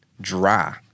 dry